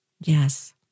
Yes